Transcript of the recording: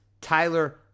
Tyler